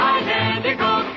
Identical